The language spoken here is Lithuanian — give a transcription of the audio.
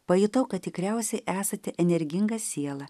pajutau kad tikriausiai esate energinga siela